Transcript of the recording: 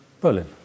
Berlin